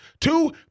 Two